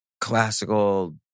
classical